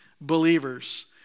believers